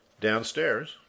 Downstairs